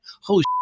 holy